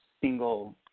single